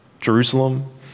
Jerusalem